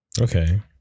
okay